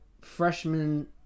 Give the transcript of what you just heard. Freshman